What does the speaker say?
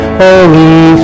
holy